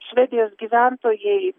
švedijos gyventojai